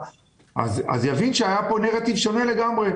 יבין שהיה פה משהו שונה לגמרי.